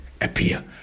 appear